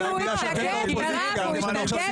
סוף סוף יש לנו רוב קואליציוני.